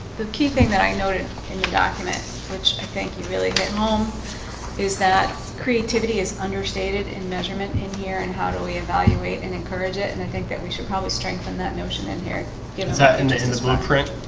the key thing that i noted in your document which i think you really hit home is that creativity is understated in measurement in here and how do we evaluate and encourage it and i think that we should probably strengthen that notion in here you know is that condition this one print?